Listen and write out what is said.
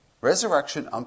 resurrection